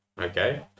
Okay